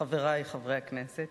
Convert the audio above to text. חברי חברי הכנסת,